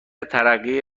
ترقی